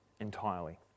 Entirely